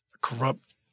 corrupt